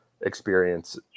experience